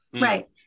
right